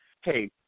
Hey